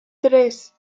tres